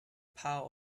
pile